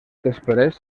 després